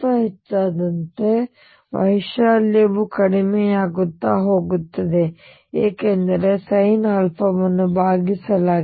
ಹೆಚ್ಚಾದಂತೆ ವೈಶಾಲ್ಯವು ಕಡಿಮೆಯಾಗುತ್ತಾ ಹೋಗುತ್ತದೆ ಏಕೆಂದರೆ sinವನ್ನು ಭಾಗಿಸಲಾಗಿದೆ